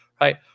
right